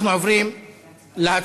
אנחנו עוברים להצבעה.